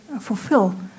fulfill